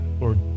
Lord